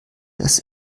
dass